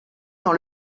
dans